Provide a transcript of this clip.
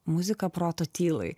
muzika proto tylai